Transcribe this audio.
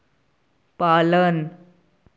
पालन